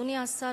אדוני השר,